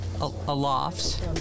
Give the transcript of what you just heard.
aloft